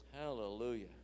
Hallelujah